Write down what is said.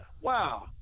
Wow